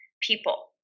people